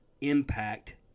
impact